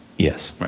yes. right.